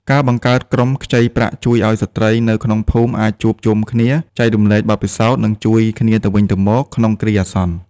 ការបង្កើតក្រុមខ្ចីប្រាក់ជួយឱ្យស្ត្រីនៅក្នុងភូមិអាចជួបជុំគ្នា ចែករំលែកបទពិសោធន៍ និងជួយគ្នាទៅវិញទៅមកក្នុងគ្រាអាសន្ន។